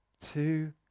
Two